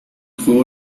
juego